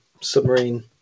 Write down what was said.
submarine